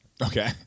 Okay